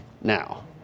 now